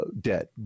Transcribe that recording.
debt